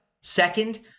Second